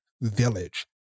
village